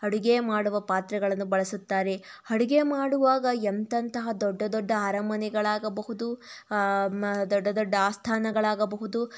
ಅಡುಗೆ ಮಾಡುವ ಪಾತ್ರೆಗಳನ್ನು ಬಳಸುತ್ತಾರೆ ಅಡುಗೆ ಮಾಡುವಾಗ ಎಂತೆಂತಹ ದೊಡ್ಡ ದೊಡ್ಡ ಅರಮನೆಗಳಾಗಬಹುದು ಮ ದೊಡ್ಡ ದೊಡ್ಡ ಆಸ್ಥಾನಗಳಾಗಬಹುದು